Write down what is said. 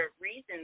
reasons